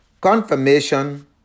confirmation